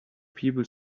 people